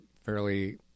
fairly